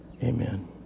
Amen